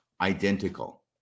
identical